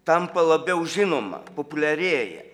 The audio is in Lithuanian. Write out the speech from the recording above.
tampa labiau žinoma populiarėja